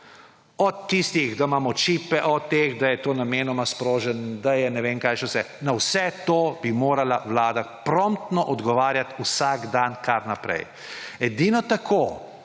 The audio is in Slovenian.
Od tistih, da imamo čipe, do teh, da je to namenoma sproženo pa ne vem kaj še vse, na vse to bi morala vlada promptno odgovarjati vsak dan kar naprej. Edino tako